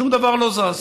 שום דבר לא זז.